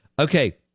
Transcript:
Okay